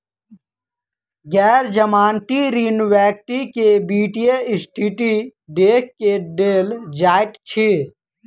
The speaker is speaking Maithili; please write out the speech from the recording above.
गैर जमानती ऋण व्यक्ति के वित्तीय स्थिति देख के देल जाइत अछि